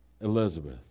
Elizabeth